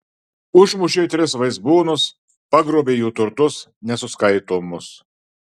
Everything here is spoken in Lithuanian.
užmušė tris vaizbūnus pagrobė jų turtus nesuskaitomus